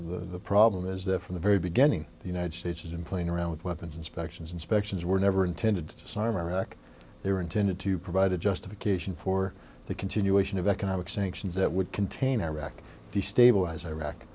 know the problem is that from the very beginning the united states isn't playing around with weapons inspections inspections were never intended to disarm iraq they were intended to provide a justification for the continuation of economic sanctions that would contain iraq destabilize iraq